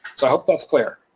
so i hope that's clear.